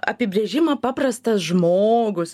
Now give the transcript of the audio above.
apibrėžimą paprastas žmogus